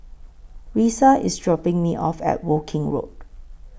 Risa IS dropping Me off At Woking Road